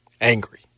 Angry